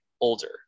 older